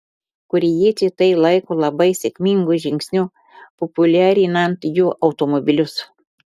korėjiečiai tai laiko labai sėkmingu žingsniu populiarinant jų automobilius